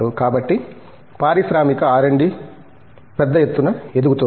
కాబట్టి పారిశ్రామిక ఆర్అండ్డి పెద్ద ఎత్తున ఎదుగుతుంది